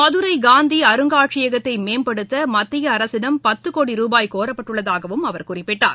மதுரைகாந்திஅருங்காட்சியகத்தைமேம்படுத்தமத்தியஅரசிடம் ரூபாய் கோரப்பட்டுள்ளதாகவும் அவர் குறிப்பிட்டார்